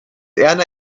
erna